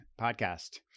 podcast